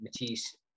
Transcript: Matisse